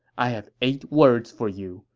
i have eight words for you.